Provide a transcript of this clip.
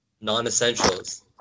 non-essentials